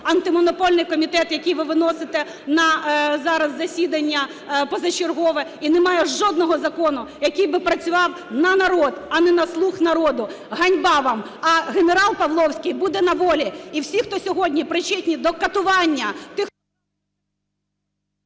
Антимонопольний комітет, який ви виносите на зараз засідання позачергове, і немає жодного закону, який би працював на народ, а не на "слуг народу". Ганьба вам! А генерал Павловський буде на волі і буде на волі. І всі, хто сьогодні причетні до катування